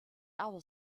other